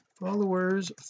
followers